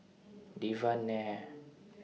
Devan Nair